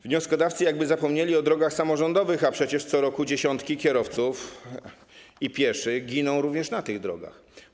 Wnioskodawcy jakby zapomnieli o drogach samorządowych, a przecież co roku dziesiątki kierowców i pieszych giną również na tych drogach.